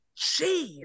Jeez